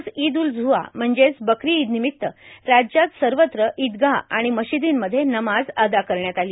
आज ईद उल जुहा म्हणजेच बकरी ईद निमित्त राज्यात सर्वत्र इदगा आणि मशिर्दीमध्ये नमाज अदा करण्यात आली